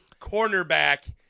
cornerback